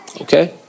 Okay